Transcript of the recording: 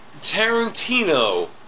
Tarantino